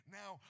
now